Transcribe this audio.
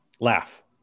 Laugh